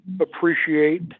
appreciate